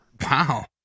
Wow